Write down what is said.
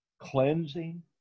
cleansing